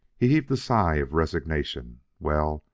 he heaved a sigh of resignation. well,